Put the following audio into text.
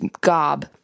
gob